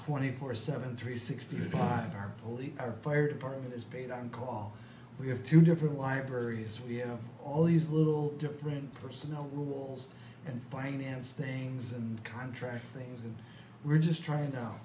twenty four seven three sixty five our police our fire department is paid on call we have two different libraries we have all these little different personnel rules and finance things and contract things and we're just trying to